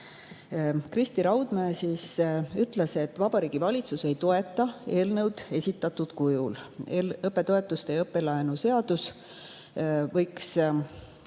Kristi Raudmäe ütles, et Vabariigi Valitsus ei toeta eelnõu esitatud kujul. Õppetoetuste ja õppelaenu seadus võiks